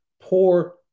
poor